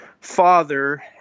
father